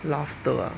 laughter ah